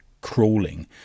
crawling